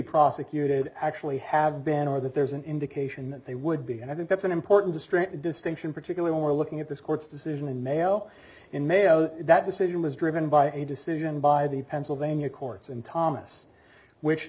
prosecuted actually have been or that there's an indication that they would be and i think that's an important straight distinction particularly we're looking at this court's decision and mail in mayo that decision was driven by a decision by the pennsylvania courts and thomas which